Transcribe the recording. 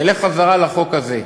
נלך חזרה לחוק הזה.